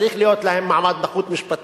צריך להיות להם מעמד נחות משפטית,